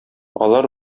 алар